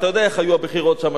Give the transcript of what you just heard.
אתה יודע איך היו הבחירות שם.